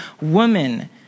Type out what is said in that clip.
woman